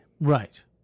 Right